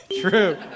True